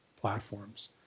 platforms